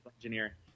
engineer